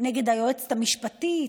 נגד היועצת המשפטית,